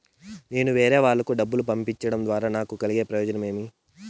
నేను వేరేవాళ్లకు డబ్బులు పంపించడం ద్వారా నాకు కలిగే ప్రయోజనం ఏమి?